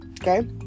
Okay